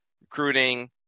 recruiting